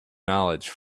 knowledge